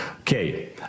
Okay